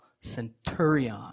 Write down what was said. centurion